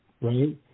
right